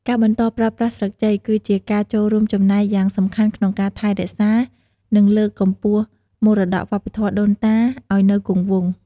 ការបន្តប្រើប្រាស់ស្លឹកចេក គឺជាការចូលរួមចំណែកយ៉ាងសំខាន់ក្នុងការ ថែរក្សា និងលើកកម្ពស់មរតកវប្បធម៌ដូនតា ឱ្យនៅគង់វង្ស។